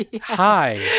Hi